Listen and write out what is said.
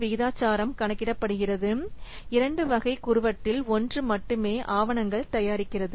விகிதாச்சாரம் கணக்கிடப்படுகிறது இரண்டு வகை குறு வட்டில் ஒன்று மட்டுமே ஆவணங்கள் தயாரிக்கிறது